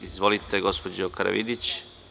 Izvolite, gospođo Karavidić.